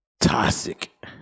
toxic